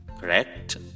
correct